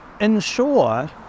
ensure